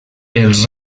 els